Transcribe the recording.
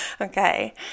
Okay